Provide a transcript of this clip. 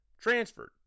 transferred